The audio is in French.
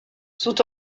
sont